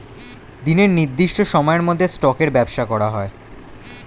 দিনের নির্দিষ্ট সময়ের মধ্যে স্টকের ব্যবসা করা হয়